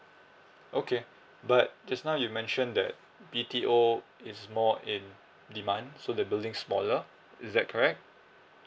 okay but just now you mentioned that B_T_O is more in demand so the building is smaller is that correct